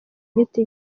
giti